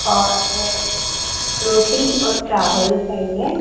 और रोटी और चावल चाहिए